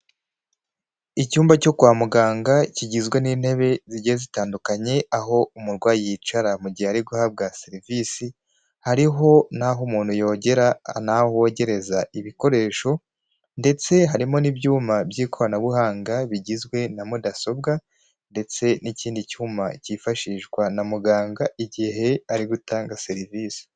Icyumba cyo kwa muganga kigizwe n'intebe zigiye zitandukanye, aho umurwayi yicara mu gihe ari guhabwa serivisi, hariho n'aho umuntu yogera n'aho bogereza ibikoresho ndetse harimo n'ibyuma by'ikoranabuhanga bigizwe na mudasobwa, ndetse n'ikindi cyuma cyifashishwa na muganga igihe ari gutanga serivisi.